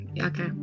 okay